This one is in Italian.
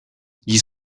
gli